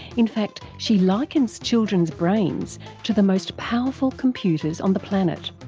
in fact, she likens children's brains to the most powerful computers on the planet.